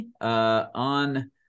on